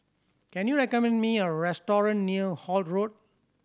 can you recommend me a restaurant near Holt Road